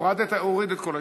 כל ההסתייגויות,